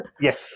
yes